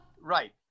Right